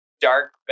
dark